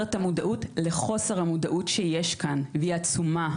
את המודעות לחוסר המודעות העצומה שיש כאן.